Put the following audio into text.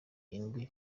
indwi